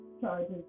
charges